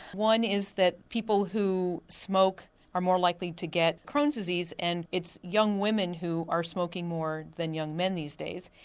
one is that people who smoke are more likely to get crohns disease, and it's young women who are smoking more than young men these days,